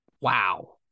Wow